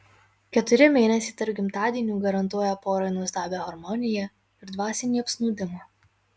keturi mėnesiai tarp gimtadienių garantuoja porai nuostabią harmoniją ir dvasinį apsnūdimą